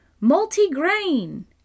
multi-grain